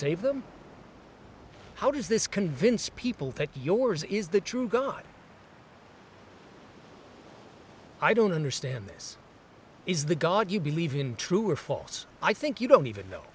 save them how does this convince people that yours is the true god i don't understand this is the god you believe in true or false i think you don't even know